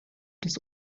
des